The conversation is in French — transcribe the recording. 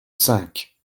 cinq